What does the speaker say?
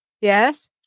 Yes